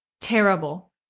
Terrible